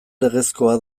legezkoa